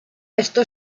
esto